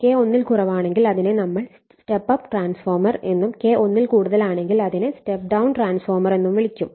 K ഒന്നിൽ കുറവാണെങ്കിൽ അതിനെ നമ്മൾ സ്റ്റെപ്പ് അപ്പ് ട്രാൻസ്ഫോർമർ എന്നും K ഒന്നിൽ കൂടുതലാണെങ്കിൽ അതിനെ സ്റ്റെപ്പ് ഡൌൺ ട്രാൻസ്ഫോർമർ എന്നും വിളിക്കും